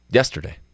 yesterday